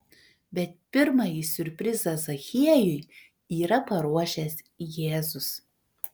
bet pirmąjį siurprizą zachiejui yra paruošęs jėzus